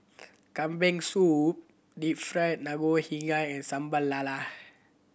Kambing Soup Deep Fried Ngoh Higang and Sambal Lala